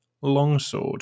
longsword